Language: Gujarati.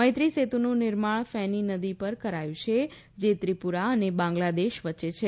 મૈત્રી સેતુનું નિર્માણ ફેની નદી પર કરાયું છે જે ત્રિપુરા અને બાંગ્લાદેશ વચ્ચે છે